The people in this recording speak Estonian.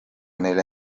neile